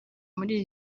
muri